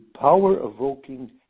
power-evoking